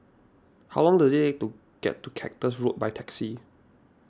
how long does it take to get to Cactus Road by taxi